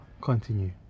Continue